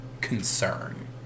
concern